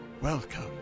welcome